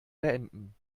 beenden